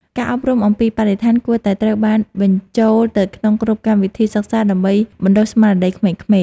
ការអប់រំអំពីបរិស្ថានគួរតែត្រូវបានបញ្ចូលទៅក្នុងគ្រប់កម្មវិធីសិក្សាដើម្បីបណ្តុះស្មារតីក្មេងៗ។